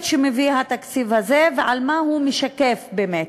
שמביא התקציב הזה ומה הוא משקף באמת.